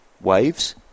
waves